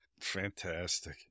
Fantastic